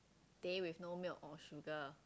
teh with no milk or sugar